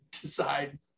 decide